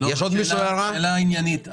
שאלה עניינית.